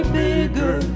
bigger